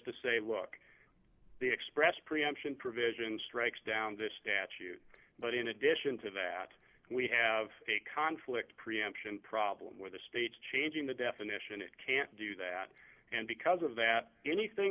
to say look the express preemption provision strikes down this statute but in addition to that we have a conflict preemption problem with the states changing the definition it can't do that and because of that anything